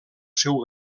seu